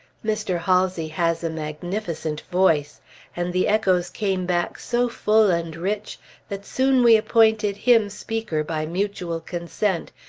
mr. halsey has a magnificent voice and the echoes came back so full and rich that soon we appointed him speaker by mutual consent,